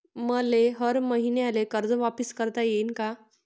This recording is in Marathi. मले हर मईन्याले कर्ज वापिस करता येईन का?